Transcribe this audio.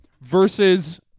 Versus